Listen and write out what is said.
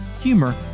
humor